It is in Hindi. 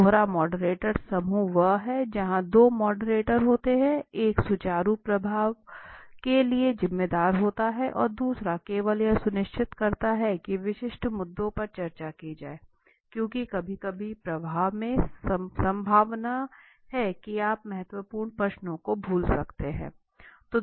दोहरा मॉडरेटर समूह वह है जहां दो मॉडरेटर होते हैं एक सुचारू प्रवाह के लिए जिम्मेदार होता है और दूसरा केवल यह सुनिश्चित करता है कि विशिष्ट मुद्दों पर चर्चा की जाए क्योंकि कभी कभी प्रवाह में संभावना है कि आप महत्वपूर्ण प्रश्न को भूल सकते हैं